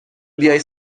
بیای